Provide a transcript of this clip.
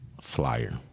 flyer